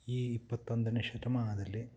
ಈ ಇಪ್ಪತ್ತೊಂದನೇ ಶತಮಾನದಲ್ಲಿ